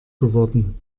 geworden